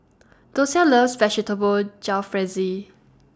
Dosia loves Vegetable Jalfrezi